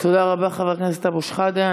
תודה רבה, חבר הכנסת אבו שחאדה.